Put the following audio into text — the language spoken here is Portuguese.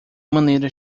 maneiras